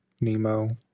Nemo